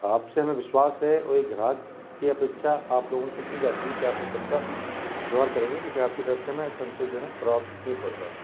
आप से हमें विश्वास है और एक ग्राहक की अपेक्षा आप लोगों से की जाती है कि आप एक अच्छा व्यवहार करेंगे लेकिन आपकी तरफ से हमें संतोषजनक प्रभाव नहीं पड़ रहा